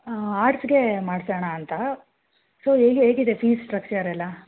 ಆರ್ಟ್ಸ್ಗೆ ಮಾಡ್ಸೋಣ ಅಂತ ಸೊ ಹೇಗೆ ಹೇಗಿದೆ ಫೀಸ್ ಸ್ಟ್ರಕ್ಚರ್ ಎಲ್ಲ